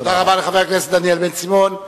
תודה רבה לחבר הכנסת דניאל בן-סימון.